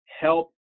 help